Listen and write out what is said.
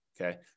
Okay